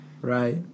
Right